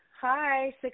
Hi